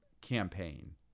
campaign